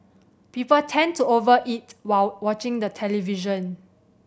people tend to over eat while watching the television